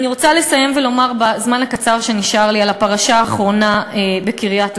אני רוצה לסיים ולומר בזמן הקצר שנשאר לי על הפרשה האחרונה בקריית-גת.